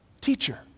teacher